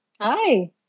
Hi